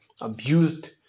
abused